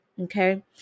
Okay